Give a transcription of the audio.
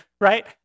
right